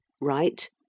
Right